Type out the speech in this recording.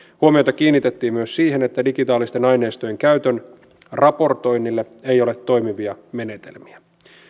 huomiota kiinnitettiin myös siihen että digitaalisten aineistojen käytön raportoinnille ei ole toimivia menetelmiä